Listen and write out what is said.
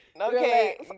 Okay